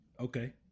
okay